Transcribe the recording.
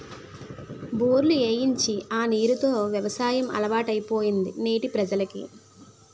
బోర్లు ఏయించి ఆ నీరు తో యవసాయం అలవాటైపోయింది నేటి ప్రజలకి